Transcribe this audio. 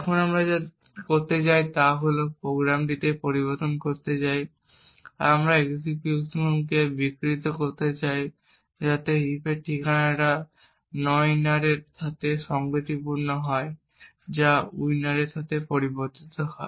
এখন আমরা যা করতে চাই তা হল আমরা এই প্রোগ্রামটিকে পরিবর্তন করতে চাই আমরা এক্সিকিউশনকে বিকৃত করতে চাই যাতে এই হিপের ঠিকানাটি নওইনারের সাথে সঙ্গতিপূর্ণ হয় যা winner এর সাথে পরিবর্তিত হয়